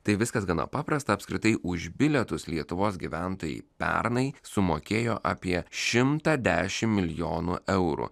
tai viskas gana paprasta apskritai už bilietus lietuvos gyventojai pernai sumokėjo apie šimtą dešimt milijonų eurų